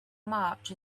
march